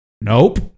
nope